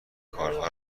کارها